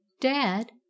DAD